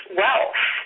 wealth